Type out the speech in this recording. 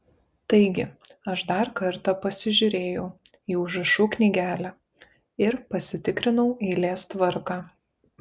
taigi aš dar kartą pasižiūrėjau į užrašų knygelę ir pasitikrinau eilės tvarką